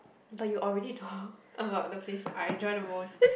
but you already know about the place I enjoy the most